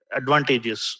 advantages